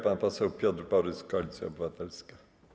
Pan poseł Piotr Borys, Koalicja Obywatelska.